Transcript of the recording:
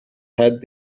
had